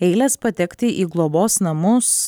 eiles patekti į globos namus